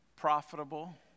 profitable